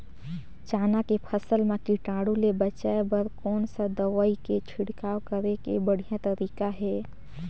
चाना के फसल मा कीटाणु ले बचाय बर कोन सा दवाई के छिड़काव करे के बढ़िया तरीका हे?